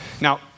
Now